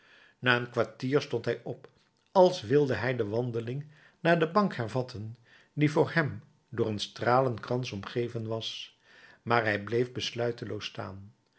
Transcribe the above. na een kwartier stond hij op als wilde hij de wandeling naar de bank hervatten die voor hem door een stralenkrans omgeven was maar hij bleef besluiteloos staan